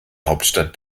hauptstadt